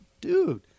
dude